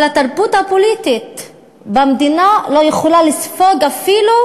אבל התרבות הפוליטית במדינה לא יכולה לספוג אפילו